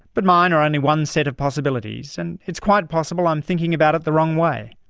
but mine are only one set of possibilities and it's quite possible i'm thinking about it the wrong way.